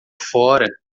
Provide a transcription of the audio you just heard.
fora